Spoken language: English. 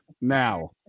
now